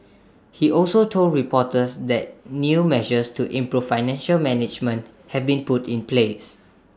he also told reporters that new measures to improve financial management have been put in place